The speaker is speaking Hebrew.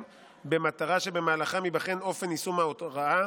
במטרה שבמהלכן ייבחן אופן יישום ההוראה.